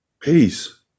Peace